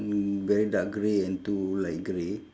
very dark grey and two light grey